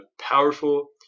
powerful